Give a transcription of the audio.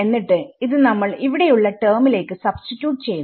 എന്നിട്ട് ഇത് നമ്മൾ ഇവിടെയുള്ള ടെർമിലേക്ക് സബ്സ്റ്റിട്യൂട്ട് ചെയ്യുന്നു